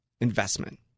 investment